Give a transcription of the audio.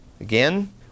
Again